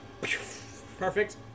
Perfect